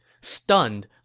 Stunned